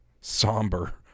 somber